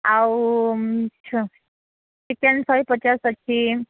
ଆଉ ଛ ଚିକେନ୍ ଶହେ ପଚାଶ ଅଛି